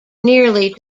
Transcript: nearly